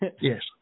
Yes